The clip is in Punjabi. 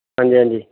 ਹਾਂਜੀ ਹਾਂਜੀ